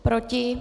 Proti?